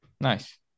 Nice